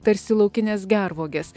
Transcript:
tarsi laukines gervuoges